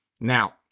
Now